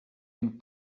une